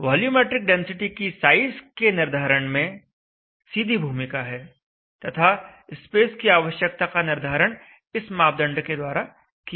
volumetric density की size के निर्धारण में सीधी भूमिका है तथा स्पेस की आवश्यकता का निर्धारण इस मापदंड के द्वारा किया जाता है